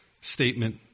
statement